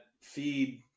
feed